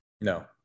No